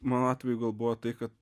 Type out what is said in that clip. mano atveju gal buvo tai kad